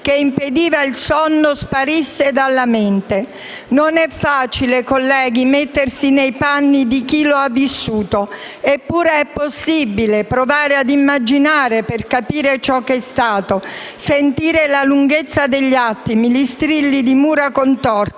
che impediva il sonno sparisse dalla mente. Colleghi, non è facile mettersi nei panni di chi lo ha vissuto, eppure è possibile provare ad immaginare per capire ciò che è stato, sentire la lunghezza degli attimi, gli strilli di mura contorte,